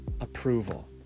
approval